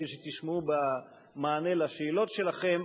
כפי שתשמעו במענה לשאלות שלכם,